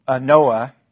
Noah